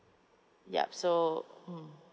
yup so mm